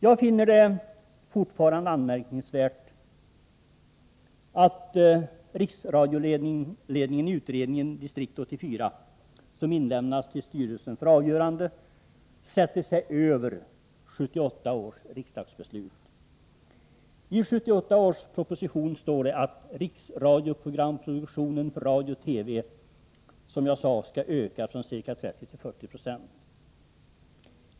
Jag finner det fortfarande anmärkningsvärt att riksradioledningen i utredningen Distrikt 84, som inlämnats till styrelsen för avgörande, sätter sig över 1978 års riksdagsbeslut. I 1978 års proposition står det att riksprogramproduktionen för radio och TV, som jag sade, skall öka från ca 30 till ca 40 96.